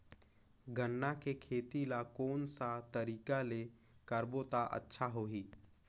गन्ना के खेती ला कोन सा तरीका ले करबो त अच्छा होही?